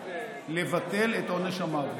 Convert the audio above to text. לבטל את עונש המוות.